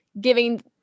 giving